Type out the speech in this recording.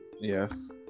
Yes